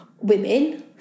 women